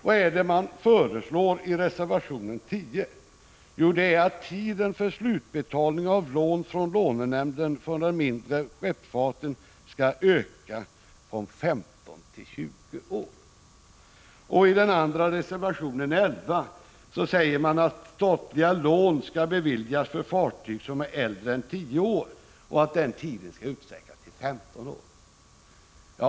Vad är det då som föreslås i reservation 10? Jo, det är att tiden för slutbetalning av lån från lånenämnden för den mindre skeppsfarten skall öka från 15 till 20 år. I den andra reservationen, nr 11, vill centern att de statliga lån som beviljas för fartyg som är högst 10 år i framtiden skall kunna beviljas för fartyg som är högst 15 år.